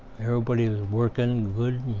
everybody was working good.